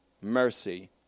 mercy